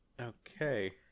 Okay